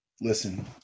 Listen